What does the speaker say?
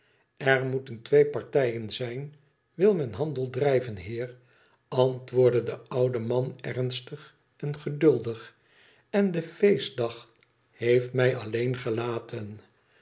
er moeten twee partijen zijn wil men handel drijven heer ant-woordde de oude man ernstig en geduldig en de feestdag heeft mij alleen gelaten